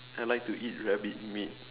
I like to eat rabbit meat